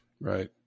Right